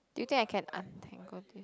do you think I can untangle it